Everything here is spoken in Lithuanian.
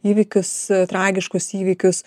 įvykius tragiškus įvykius